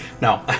No